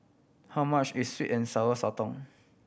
how much is sweet and Sour Sotong